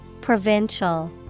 Provincial